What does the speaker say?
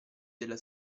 della